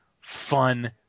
fun